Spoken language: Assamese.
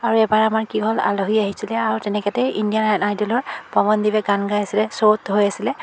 আৰু এবাৰ আমাৰ কি হ'ল আলহী আহিছিলে আৰু তেনেকুৱাতে ইণ্ডিয়ান আইডলৰ পৱনদ্বীপে গান গাই আছিলে শ্ব'ত হৈ আছিলে